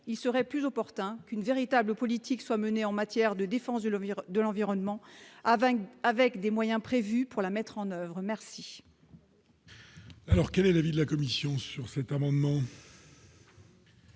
il serait plus opportun qu'une véritable politique soit menée en matière de défense de l'lobby de l'environnement avec avec des moyens prévus pour la mettre en oeuvre, merci.